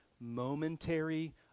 momentary